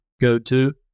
go-to